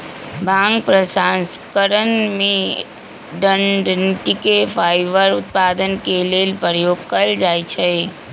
भांग प्रसंस्करण में डनटी के फाइबर उत्पादन के लेल प्रयोग कयल जाइ छइ